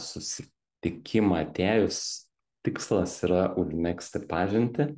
susitikimą atėjus tikslas yra užmegzti pažintį